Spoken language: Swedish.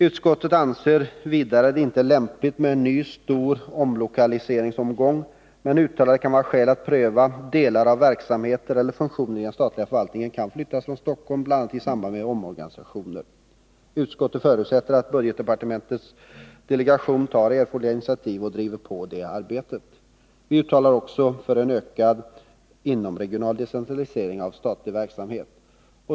Utskottet anser vidare att det inte är lämpligt med en ny stor omlokaliseringsomgång, men uttalar att det kan vara skäl att pröva om delar av verksamheter eller funktioner i den statliga förvaltningen kan flyttas från Stockholm, bl.a. i samband med omorganisationer. Utskottet förutsätter att budgetdepartementets decentraliseringsdelegation tar erforderliga initiativ och driver på arbetet. Vi uttalar oss också för en ökad inomregional decentralisering av statlig verksamhet.